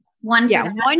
one